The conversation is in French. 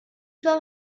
pas